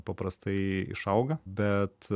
paprastai išauga bet